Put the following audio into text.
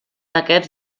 aquests